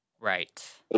Right